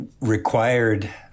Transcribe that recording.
required